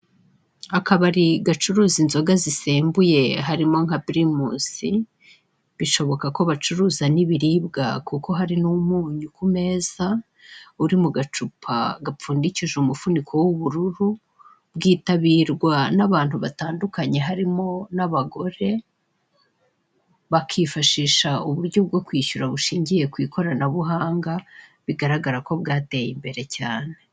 Akabari gacuruza inzoga zisembuye harimo nka primus, bishobokako bacuruza n'ibiribwa kuko hari n'umunyu kumeza uri mugacupa gamfundikije umufuniko w'ubururu. Bwitabirwa n'abantu batandukanye harimo n'abagore, bakifashisha uburyo bwo kwishyura bushingiye kw'ikorabuhanga bigaragarako bwateye imbere cyane.